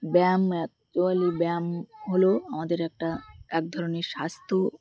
ব্যায়াম অ্যাকচুয়েলি ব্যায়াম হলো আমাদের একটা এক ধরনের স্বাস্থ্য